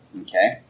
okay